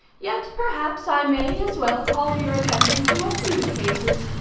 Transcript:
yet perhaps i may as well call your attention to a few cases.